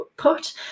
put